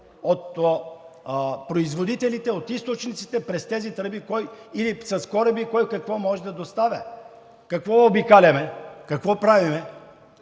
от производителите, от източниците през тези тръби или с кораби кой какво може да доставя. Какво обикаляме и какво правим?